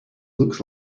looks